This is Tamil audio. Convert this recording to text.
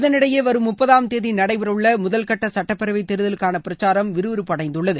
இதனிடையே வரும் முப்பதாம் தேதி நடைபெறவுள்ள முதல் கட்ட சட்டப்பேரவை தேர்தலுக்கான பிரச்சாரம் விறுவிறுப்படைந்துள்ளது